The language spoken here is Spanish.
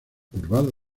curvado